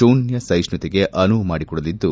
ಶೂನ್ಯ ಸಹಿಮ್ಜುತೆಗೆ ಅನುವು ಮಾಡಕೊಡಲಿದ್ದು